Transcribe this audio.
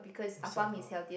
what's all about